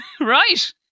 right